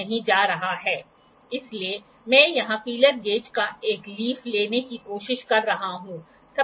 और यहां हो सकता है आपके पास अधिकतम 10 डिग्री होगा और इस तरफ आपके पास 10 डिग्री होगा